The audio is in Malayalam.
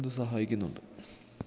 അത് സഹായിക്കുന്നുണ്ട്